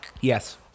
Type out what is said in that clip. Yes